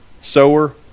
sower